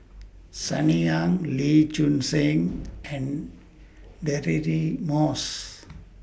Sunny Ang Lee Choon Seng and Deirdre Moss